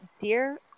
dear